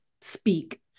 speak